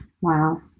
Wow